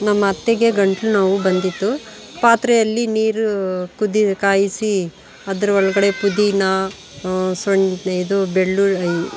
ನಮ್ಮತ್ತೆಗೆ ಗಂಟ್ಲು ನೋವು ಬಂದಿತ್ತು ಪಾತ್ರೆಯಲ್ಲಿ ನೀರು ಕುದಿ ಕಾಯಿಸಿ ಅದ್ರೊಳ್ಗಡೆ ಪುದೀನಾ ಸುನ್ ಇದು ಬೆಳ್ಳುಳ್ಳಿ